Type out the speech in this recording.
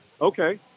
Okay